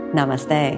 Namaste